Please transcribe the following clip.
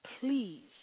please